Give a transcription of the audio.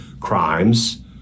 crimes